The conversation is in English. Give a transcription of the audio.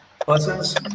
persons